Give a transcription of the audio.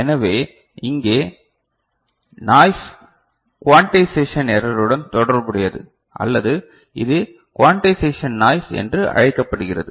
எனவே இங்கே noise quantization எரருடன் தொடர்புடையது அல்லது இது க்வோண்டைசேஷன் நாய்ஸ் என்றும் அழைக்கப்படுகிறது